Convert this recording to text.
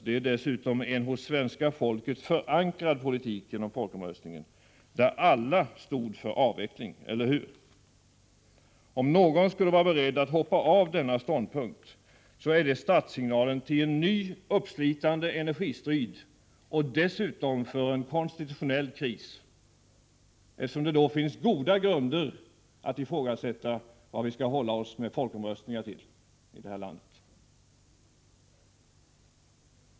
Detta är dessutom en genom folkomröstningen hos svenska folket förankrad politik. Alla stod ju för avveckling — eller hur? Om någon skulle vara beredd att hoppa av denna ståndpunkt, så är detta startsignalen till en ny, uppslitande energistrid — och dessutom för en konstitutionell kris, eftersom det då finns goda grunder att ifrågasätta varför vi skall hålla oss med folkomröstningar i det här landet.